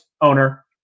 owner